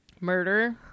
Murder